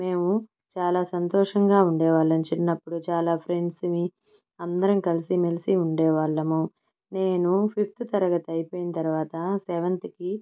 మేము చాలా సంతోషంగా ఉండేవాళ్ళం చిన్నప్పుడు చాలా ఫ్రెండ్స్ము అందరం కలిసిమెలిసి ఉండేవాళ్ళము నేను ఫిఫ్త్ తరగతి అయిపోయిన తర్వాత సెవెంత్కి